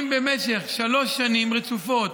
אם במשך שלוש שנים רצופות